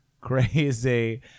crazy